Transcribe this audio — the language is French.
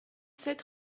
sept